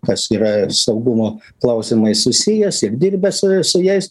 kas yra ir saugumo klausimai susijęs ir dirbęs su jais